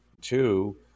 Two